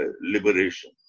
liberation